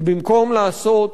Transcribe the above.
שבמקום לעשות